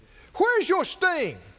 where is your sting?